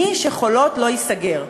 היא ש"חולות" לא ייסגר.